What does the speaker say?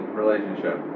relationship